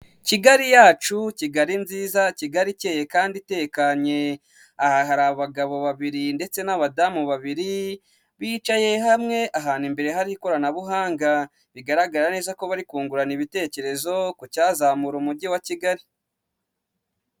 Kigali yacu Kigali nziza Kigali ikeye kandi itekanye, aha hari abagabo babiri ndetse n'abadamu babiri bicaye hamwe ahantu imbere hari ikoranabuhanga rigaragara neza ko bari kungurana ibitekerezo ku cyazamura umujyi wa Kigali.